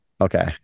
Okay